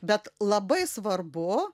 bet labai svarbu